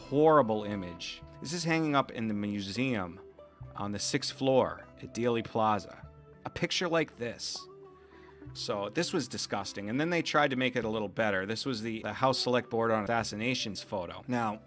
horrible image this is hanging up in the museum on the sixth floor at dealey plaza a picture like this so this was disgusting and then they tried to make it a little better this was the house select board on fascinations photo now